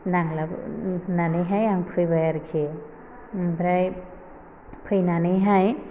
नांलाबो होन्नानैहाय आं फैबाय आरखि ओमफाय फैनानैहाय